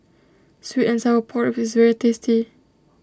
Sweet and Sour Pork Ribs is very tasty